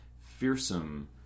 fearsome